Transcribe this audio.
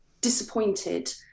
disappointed